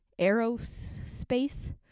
aerospace